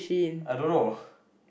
I don't know